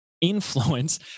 influence